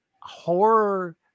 horror